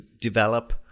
develop